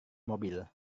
mobil